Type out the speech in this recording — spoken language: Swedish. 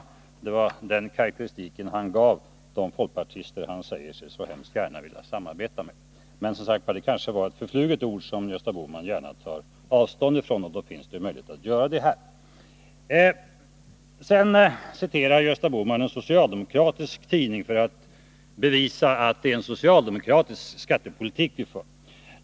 Det var den karakteristiken han gav av de folkpartister han säger sig så gärna vilja samarbeta med. Men det var kanske ett förfluget yttrande, som Gösta Bohman gärna tar avstånd från, och då finns det som sagt möjlighet att göra det här. Gösta Bohman citerade vidare en socialdemokratisk tidning för att bevisa att det är en socialdemokratisk skattepolitik vi för.